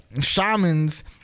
shamans